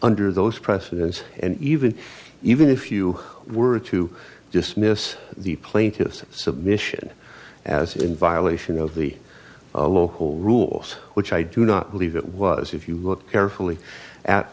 under those precedents and even even if you were to dismiss the plaintiff's submission as in violation of the local rules which i do not believe it was if you look carefully at